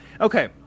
Okay